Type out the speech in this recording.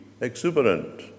exuberant